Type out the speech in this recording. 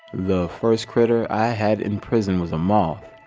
the first critter i had in prison was a moth,